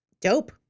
Dope